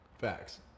Facts